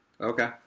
Okay